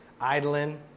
idling